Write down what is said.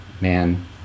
man